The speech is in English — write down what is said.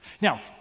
Now